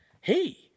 Hey